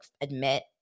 admit